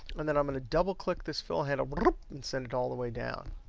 and then, i'm going to double click this fill handle and send it all the way down.